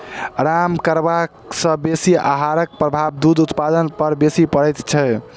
आराम करबा सॅ बेसी आहारक प्रभाव दूध उत्पादन पर बेसी पड़ैत छै